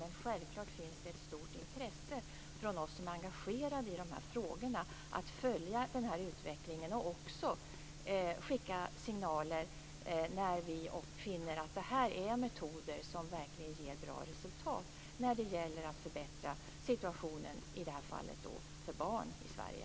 Men självklart finns det ett stort intresse från oss som är engagerade i dessa frågor att följa utvecklingen och också skicka signaler när vi finner att det är metoder som verkligen ger bra resultat när det gäller att förbättra situationen, i det här fallet, för barn i Sverige.